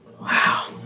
Wow